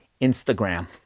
Instagram